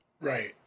Right